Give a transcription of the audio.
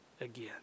again